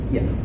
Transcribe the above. Yes